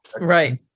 Right